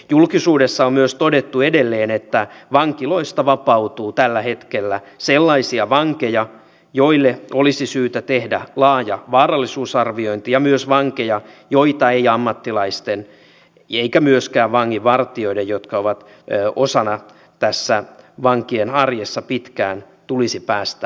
julkisuudessa on myös todettu edelleen että vankiloista vapautuu tällä hetkellä sellaisia vankeja joille olisi syytä tehdä laaja vaarallisuusarviointi ja myös vankeja joita ei ammattilaisten eikä myöskään vanginvartijoiden jotka ovat osana tässä vankien arjessa pitkään mukaan tulisi päästää vapaaksi